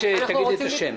יש לכם שעה.